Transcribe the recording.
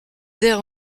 d’air